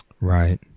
right